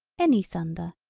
any thunder,